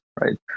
right